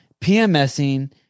PMSing